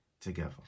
together